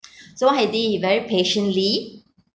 so he did he very patiently